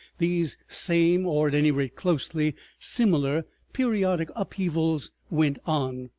these same, or at any rate closely similar, periodic upheavals went on.